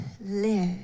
live